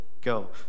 go